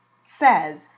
says